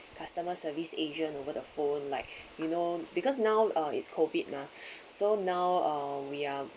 the customer service agent over the phone like you know because now uh it's COVID mah so now uh we are